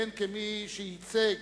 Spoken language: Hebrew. והן כמי שייצג,